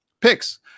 picks